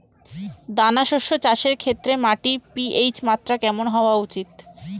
দানা শস্য চাষের ক্ষেত্রে মাটির পি.এইচ মাত্রা কেমন হওয়া উচিৎ?